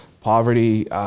poverty